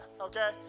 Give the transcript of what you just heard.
Okay